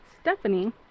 Stephanie